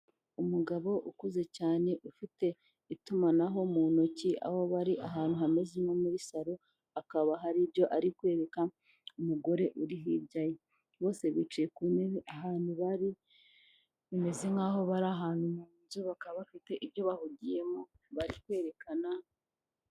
Umugabo ukuze cyane ufite itumanaho mu ntoki aho bari ahantu hameze nko muri saro, hakaba hari ibyo ari kwereka umugore uri hirya ye. Bose bicaye ku ntebe, ahantu bari bimeze nk'aho bari ahantu mu nzu bakaba bafite ibyo bahugiyemo bari kwerekana.